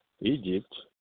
Egypt